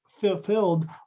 fulfilled